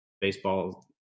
baseball